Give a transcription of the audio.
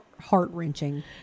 heart-wrenching